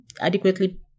adequately